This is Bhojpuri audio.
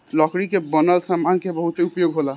लकड़ी के बनल सामान के बहुते उपयोग होला